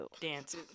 dance